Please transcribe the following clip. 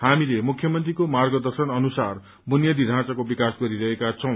हामीले मुख्यमंत्रीको मार्गदर्शन अनुसार बुनियादी ढाँचााको विकास गरिरहेका छै